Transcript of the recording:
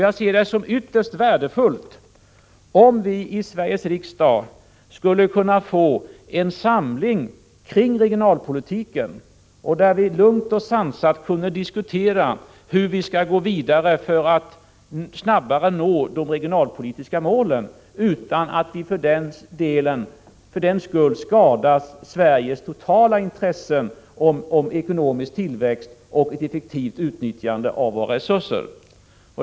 Jag ser det som ytterst värdefullt, om vi i Sveriges riksdag skulle kunna få en samling kring regionalpolitiken, där vi lugnt och sansat kunde diskutera hur vi skall gå vidare för att snabbt nå de regionalpolitiska målen, utan att vi för den skull skadar Sveriges totala intresse av ekonomisk tillväxt och effektivt utnyttjande av våra resurser.